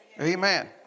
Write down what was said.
Amen